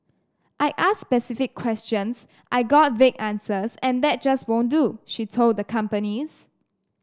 I asked specific questions I got vague answers and that just won't do she told the companies